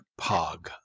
Pog